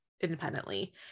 independently